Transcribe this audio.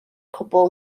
cwbl